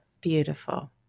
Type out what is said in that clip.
Beautiful